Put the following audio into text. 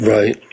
Right